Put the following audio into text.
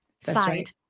side